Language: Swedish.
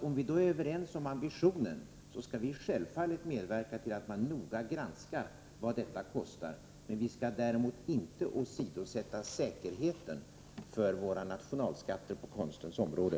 Om vi då är överens om ambitionen, skall vi självfallet medverka till att man noga granskar vad detta kostar, men vi skall inte åsidosätta säkerheten för våra nationalskatter på konstens område.